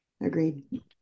Agreed